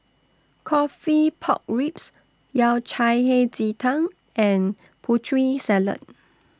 Coffee Pork Ribs Yao Cai Hei Ji Tang and Putri Salad